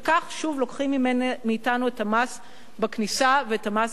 וכך שוב לוקחים מאתנו את המס בכניסה ואת המס